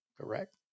correct